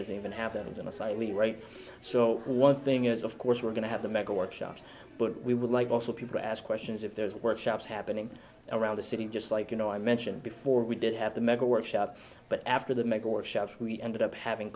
does even happens in a slightly right so one thing is of course we're going to have the mega workshops but we would like also people to ask questions if there's workshops happening around the city just like you know i mentioned before we did have the mega workshop but after the make or shops we ended up having